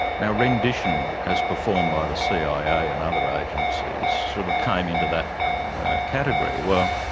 now rendition as performed by the cia and other agencies, sort of, came into that category well,